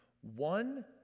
One